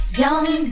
young